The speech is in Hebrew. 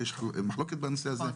יש מחלוקת בנושא הזה,